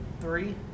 Three